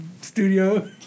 studio